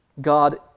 God